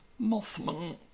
Mothman